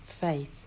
faith